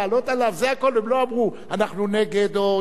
הם לא אמרו: אנחנו נגד, או יש פה נצרת.